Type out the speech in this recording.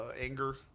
anger